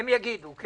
הם יגידו, כן.